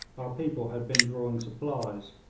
our people had been drawing supplies.